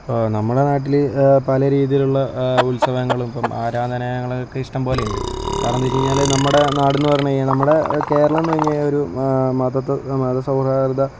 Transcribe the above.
ആ നമ്മുടെ നാട്ടിൽ പല രീതിയിലുള്ള ഉത്സവങ്ങളും ഇപ്പോൾ ആരാധനയാലയങ്ങളൊക്കെ ഇഷ്ടംപോലെയുണ്ട് കാരണം എന്ത് വെച്ച് കഴിഞ്ഞാൽ നമ്മുടെ നാടെന്ന് പറഞ്ഞ് കഴിഞ്ഞാൽ നമ്മുടെ കേരളമെന്ന് പറഞ്ഞാൽ ഒരു മത മതസൗഹാർദ്ദ